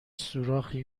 سوراخی